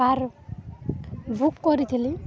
car book କରିଥିଲି